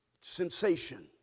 sensation